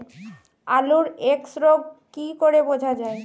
আলুর এক্সরোগ কি করে বোঝা যায়?